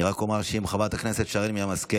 אני רק אומר שאם חברת הכנסת שרן מרים השכל